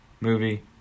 movie